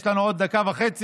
יש לנו עוד דקה וחצי.